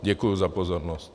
Děkuji za pozornost.